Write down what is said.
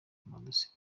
amadosiye